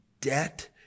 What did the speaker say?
debt